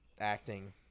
acting